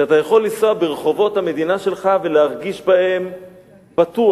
שאתה יכול לנסוע ברחובות המדינה שלך ולהרגיש בהם בטוח.